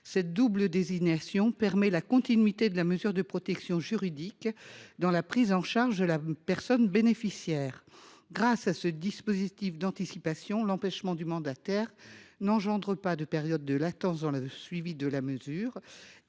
Cette double désignation permet la continuité de la mesure de protection juridique dans la prise de charge du bénéficiaire. Grâce à ce dispositif d’anticipation, l’empêchement du mandataire n’engendre pas de période de latence dans le suivi de la mesure,